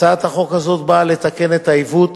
הצעת החוק הזאת באה לתקן את העיוות,